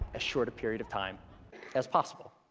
as short a period of time as possible.